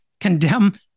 condemn